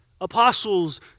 Apostles